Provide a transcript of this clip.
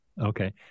Okay